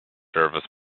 service